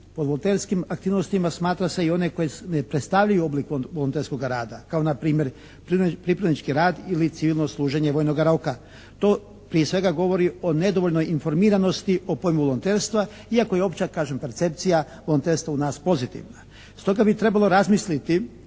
Pod volonterskim aktivnostima smatra se i one koje ne predstavljaju oblik volonterskoga rada kao npr: pripravnički rad ili civilno služenje vojnoga roka. To prije svega govori o nedovoljnoj informiranosti o pojmu volonterstva iako je opća kažem percepcija volonterstva u nas pozitivna. Stoga bi trebalo razmisliti